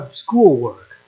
schoolwork